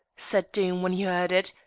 said doom when he heard it,